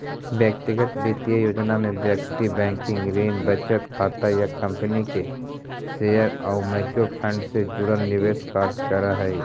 व्यक्तिगत वित्तीय योजना में व्यक्ति बैंकिंग, ऋण, बचत खाता या कंपनी के शेयर आउ म्यूचुअल फंड से जुड़ल निवेश कार्य करऽ हइ